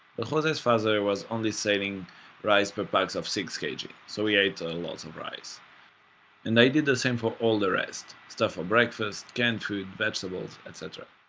but jose's father was only saving rice per packs of six kg so he ate lots of rice and i did the same for all the rest, stuff for breakfast, canned food, vegetables. etc